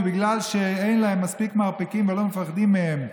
ובגלל שאין להם מספיק מרפקים ולא מפחדים מהם,